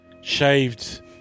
shaved